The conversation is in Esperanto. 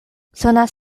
sonas